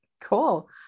cool